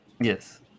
Yes